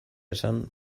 esan